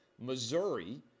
Missouri